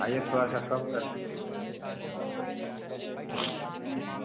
आईए थोड़ा सा कम कर देंगे